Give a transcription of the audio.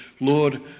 Lord